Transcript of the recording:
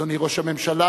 אדוני ראש הממשלה,